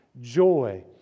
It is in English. joy